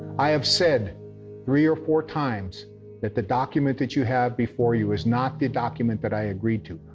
i have said three or four times that the document that you have before you is not the document that i agreed to.